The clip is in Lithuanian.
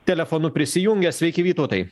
telefonu prisijungė sveiki vytautai